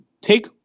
take